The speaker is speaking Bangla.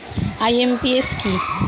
আই.এম.পি.এস কি?